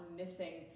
missing